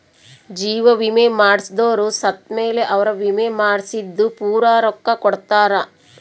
ಜೀವ ವಿಮೆ ಮಾಡ್ಸದೊರು ಸತ್ ಮೇಲೆ ಅವ್ರ ವಿಮೆ ಮಾಡ್ಸಿದ್ದು ಪೂರ ರೊಕ್ಕ ಕೊಡ್ತಾರ